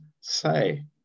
say